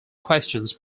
questions